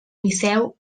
liceu